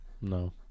No